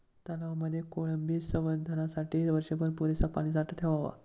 तलावांमध्ये कोळंबी संवर्धनासाठी वर्षभर पुरेसा पाणीसाठा ठेवावा